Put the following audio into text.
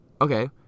Okay